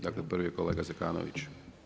Dakle, prvi je kolega Zekanović.